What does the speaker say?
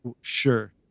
sure